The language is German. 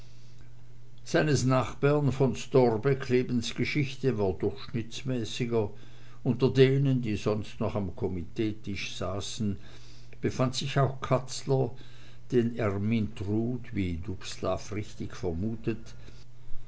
seines nachbarn von storbeck lebensgeschichte war durchschnittsmäßiger unter denen die sonst noch am komiteetisch saßen befand sich auch katzler den ermyntrud wie dubslav ganz richtig vermutet